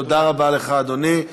תודה רבה לך, אדוני.